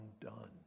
undone